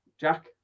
Jack